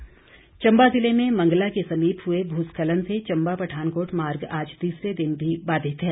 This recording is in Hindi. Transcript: भूखखलन चम्बा जिले में मंगला के समीप हुए भूस्खलन से चम्बा पठानकोट मार्ग आज तीसरे दिन भी बाधित है